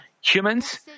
humans